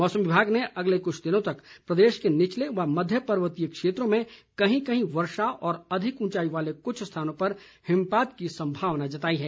मौसम विभाग ने अगले कुछ दिनों तक प्रदेश के निचले व मध्य पर्वतीय क्षेत्रों में कहीं कहीं वर्षा और अधिक उंचाई वाले कुछ स्थानों पर हिमपात की सम्भावना जताई है